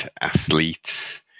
athletes